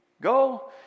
go